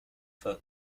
for